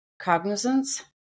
cognizance